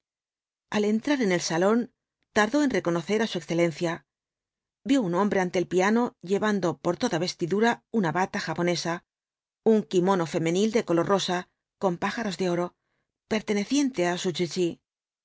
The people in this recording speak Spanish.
al entrar en el salón tardó en reconocer á su excelencia vio un hombre ante el piano llevando por toda vestidura una bata japonesa un kimono femenil de v blasco ibáñkz color rosa con pájaros de oro perteneciente á su